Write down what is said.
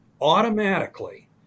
automatically